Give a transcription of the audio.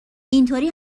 اینطوری